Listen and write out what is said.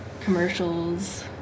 commercials